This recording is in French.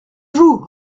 vous